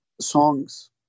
songs